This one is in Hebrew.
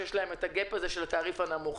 שיש להם את הפער הזה של התעריף הנמוך,